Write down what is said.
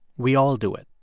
we all do it.